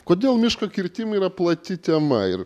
kodėl miško kirtimai yra plati tema ir